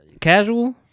Casual